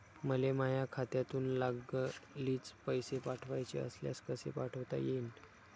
मले माह्या खात्यातून लागलीच पैसे पाठवाचे असल्यास कसे पाठोता यीन?